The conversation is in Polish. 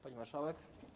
Pani Marszałek!